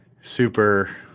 super